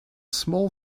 small